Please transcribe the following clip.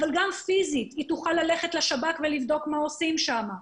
והיא גם תוכל ללכת פיזית לשב"כ ולבדוק מה עושים שם.